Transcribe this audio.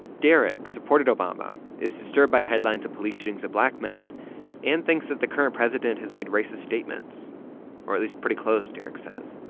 derek supported obama, is disturbed by headlines of police shootings of black men and thinks that the current president has made racist statements or at least pretty close, derek says.